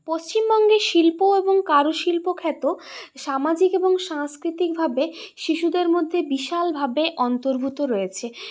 পশ্চিমবঙ্গের শিল্প এবং কারুশিল্প খ্যাত সামাজিক এবং সাংস্কৃতিকভাবে শিশুদের মধ্যে বিশালভাবে অন্তর্ভূত রয়েছে